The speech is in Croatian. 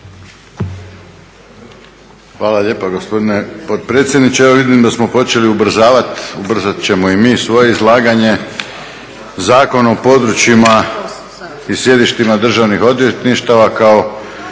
Hvala lijepa gospodine potpredsjedniče. Evo vidim da smo počeli ubrzavat, ubrzat ćemo i mi svoje izlaganje. Zakon o područjima i sjedištima državnih odvjetništava kao